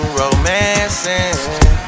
romancing